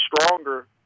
stronger